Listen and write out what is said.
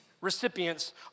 recipients